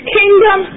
kingdom